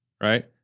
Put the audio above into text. Right